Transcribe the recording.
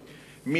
הצרכים.